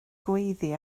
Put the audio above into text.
gweiddi